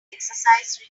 exercise